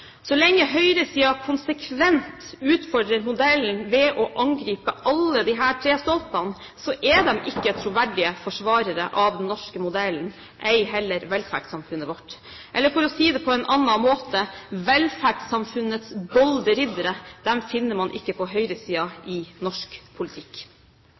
Så lenge høyresiden konsekvent utfordrer modellen ved å angripe alle disse tre stolpene, er de ikke troverdige forsvarere av den norske modellen – ei heller av velferdssamfunnet vårt. For å si det på en annen måte: Velferdssamfunnets bolde riddere finner man ikke på høyresiden i norsk politikk.